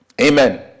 Amen